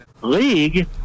league